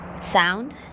sound